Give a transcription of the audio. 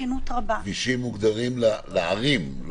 כבישים מוגדרים לערים.